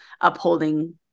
upholding